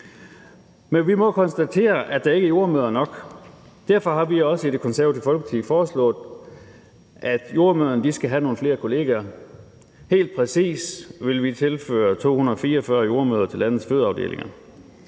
Men vi må konstatere, at der ikke er jordemødre nok. Derfor har vi også i Det Konservative Folkeparti foreslået, at jordemødrene skal have nogle flere kollegaer. Helt præcis vil vi tilføre 244 jordemødre til landets fødeafdelinger.